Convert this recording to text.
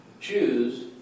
choose